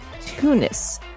Tunis